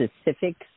specifics